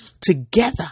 Together